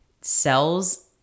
sells